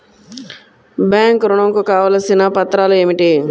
Bank ఋణం కు కావలసిన పత్రాలు ఏమిటి?